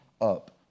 up